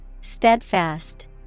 Steadfast